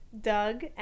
Doug